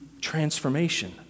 transformation